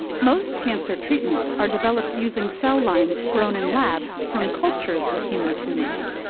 most cancer treatments are developed using cell lines grown in labs from cultures of human tumors.